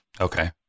Okay